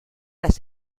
las